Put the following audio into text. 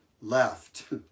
left